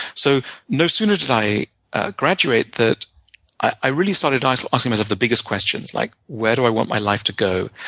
so no sooner did i graduate, that i really started so asking myself the biggest questions, like where do i want my life to go?